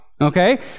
Okay